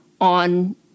on